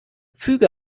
füge